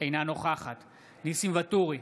אינה נוכחת ניסים ואטורי,